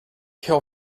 kill